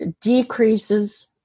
decreases